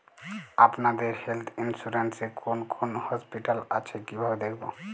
আপনাদের health insurance এ কোন কোন হসপিটাল আছে কিভাবে দেখবো?